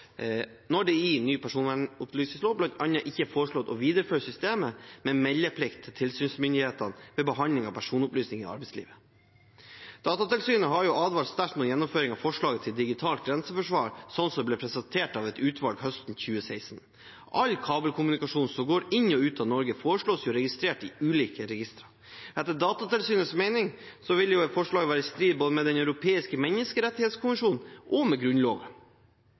å videreføre systemet med meldeplikt til tilsynsmyndighetene ved behandling av personopplysninger i arbeidslivet. Datatilsynet har advart sterkt mot gjennomføring av forslaget til digitalt grenseforsvar slik det ble presentert av et utvalg høsten 2016. All kabelkommunikasjon som går inn og ut av Norge, foreslås registrert i ulike registre. Etter Datatilsynets mening vil forslaget være i strid både med Den europeiske menneskerettskonvensjon og med Grunnloven.